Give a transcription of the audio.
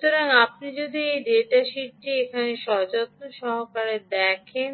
সুতরাং আপনি যদি এই ডেটা শীটটি এখানে যত্ন সহকারে দেখেন